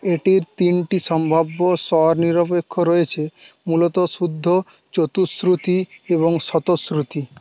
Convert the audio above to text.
এটির তিনটি সম্ভাব্য স্বর নিরপেক্ষ রয়েছে মূলত শুদ্ধ চতুশ্রুতি এবং শতশ্রুতি